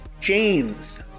James